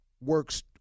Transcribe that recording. works